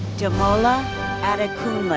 damola adekunle.